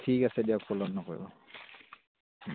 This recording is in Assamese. ঠিক আছে দিয়ক পলম নকৰিব